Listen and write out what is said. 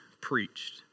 preached